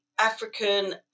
African